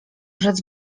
rzec